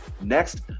Next